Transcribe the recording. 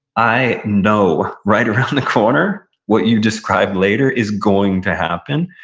i know right around the corner, what you described later is going to happen.